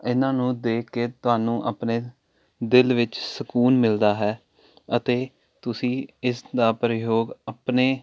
ਇਹਨਾਂ ਨੂੰ ਦੇਖ ਕੇ ਤੁਹਾਨੂੰ ਆਪਣੇ ਦਿਲ ਵਿੱਚ ਸਕੂਨ ਮਿਲਦਾ ਹੈ ਅਤੇ ਤੁਸੀਂ ਇਸ ਦਾ ਪ੍ਰਯੋਗ ਆਪਣੇ